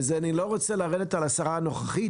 אני לא רוצה לרדת על השרה הנוכחית,